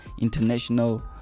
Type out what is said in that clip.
international